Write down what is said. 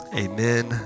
amen